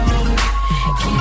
Keep